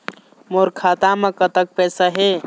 मोर खाता म कतक पैसा हे?